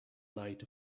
light